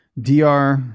DR